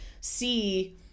see –